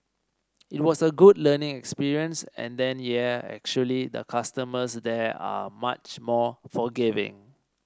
it was a good learning experience and then yeah actually the customers there are much more forgiving